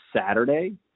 Saturday